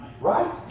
Right